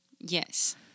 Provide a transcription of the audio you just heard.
Yes